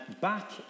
back